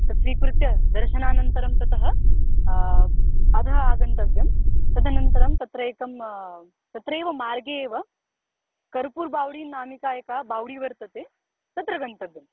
तत् स्वीकृत्य दर्शनानन्तरं ततः अधः आगन्तव्यं तदनन्तरं तत्र एकं तत्रैव मार्गे एव कर्पूर् बाव्डि नामिका एका बाव्डि वर्तते तत्र गन्तव्यम्